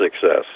success